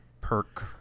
perk